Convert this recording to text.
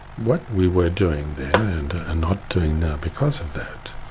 what we were doing then, and and not doing now because of that,